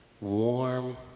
warm